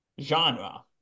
genre